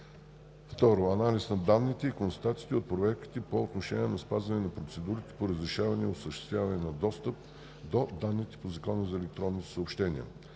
2. Анализ на данните и констатациите от проверките по отношение на спазване на процедурите по разрешаване и осъществяване на достъп до данните по Закона за електронните съобщения.